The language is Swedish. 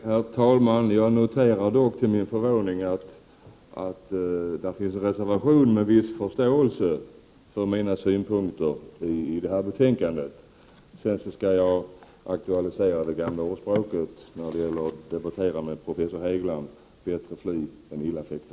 Herr talman! Jag noterar dock till min förvåning att det finns en reservation där det ges uttryck för viss förståelse för mina synpunkter. Låt mig till sist i denna debatt med professor Hegeland aktualisera det gamla ordspråket ”bättre fly än illa fäkta”.